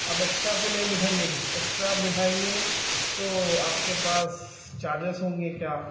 اب ایکسٹرا تو نہیں بیٹھایں گے ایکسٹرا بیٹھایں گے تو آپ کے پاس چارجز ہوں گے کیا